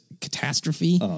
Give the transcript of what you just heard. catastrophe